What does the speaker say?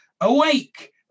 awake